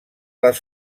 les